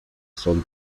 son